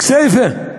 כסייפה,